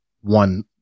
one